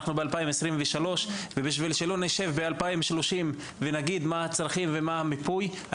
אנחנו ב-2023; וכדי שלא נשב ב-2030 ונגיד מה הצרכים ומה המיפוי,